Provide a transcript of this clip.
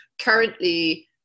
currently